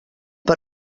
per